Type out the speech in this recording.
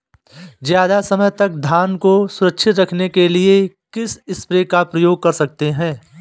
ज़्यादा समय तक धान को सुरक्षित रखने के लिए किस स्प्रे का प्रयोग कर सकते हैं?